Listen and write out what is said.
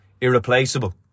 irreplaceable